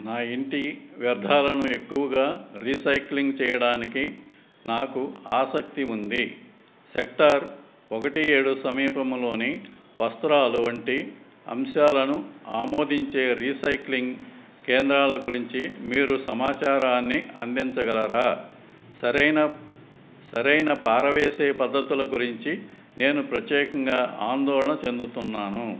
నా ఇంటి వ్యర్థాలను ఎక్కువగా రీసైక్లింగ్ చేయడానికి నాకు ఆసక్తి ఉంది సెక్టార్ ఒకటి ఏడు సమీపంలోని వస్త్రాలు వంటి అంశాలను ఆమోదించే రీసైక్లింగ్ కేంద్రాల గురించి మీరు సమాచారాన్ని అందించగలరా సరైన సరైన పారవేసే పద్ధతుల గురించి నేను ప్రత్యేకంగా ఆందోళన చెందుతున్నాను